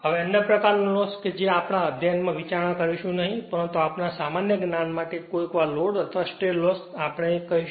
હવે અન્ય પ્રકારનો લોસ તે છે જેનો આપણે આપણા અધ્યયનમાં વિચારણા કરીશું નહીં પરંતુ આપણા સામાન્ય જ્ઞાન માટે કોઈક વાર લોડ અથવા સ્ટ્રે લોસ એમ આપણે કહીશું